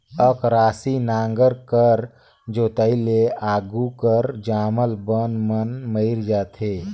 अकरासी नांगर कर जोताई ले आघु कर जामल बन मन मइर जाथे